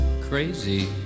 Crazy